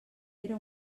era